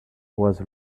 was